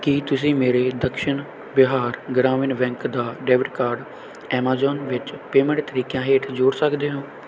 ਕੀ ਤੁਸੀਂਂ ਮੇਰੇ ਦਕਸ਼ਿਣ ਬਿਹਾਰ ਗ੍ਰਾਮੀਣ ਬੈਂਕ ਦਾ ਡੈਬਿਟ ਕਾਰਡ ਐਮਾਜ਼ੋਨ ਵਿੱਚ ਪੇਮੈਂਟ ਤਰੀਕਿਆਂ ਹੇਠ ਜੋੜ ਸਕਦੇ ਹੋ